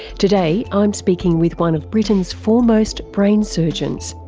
today i'm speaking with one of britain's foremost brain surgeons,